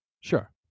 Sure